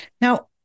Now